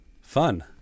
Fun